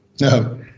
no